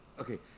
okay